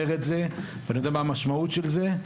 את זה ואני יודע מה המשמעות של זה,